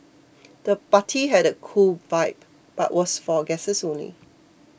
the party had a cool vibe but was for guests only